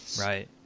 right